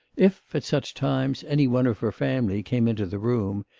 if, at such times, any one of her family came into the room,